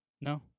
No